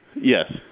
Yes